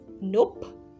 Nope